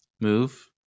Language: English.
move